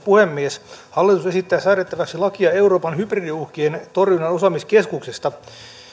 puhemies hallitus esittää säädettäväksi lakia euroopan hybridiuhkien torjunnan osaamiskeskuksesta